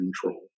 control